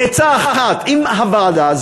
בעצה אחת עם הוועדה,